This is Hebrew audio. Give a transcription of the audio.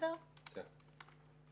מאה אחוז.